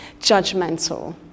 judgmental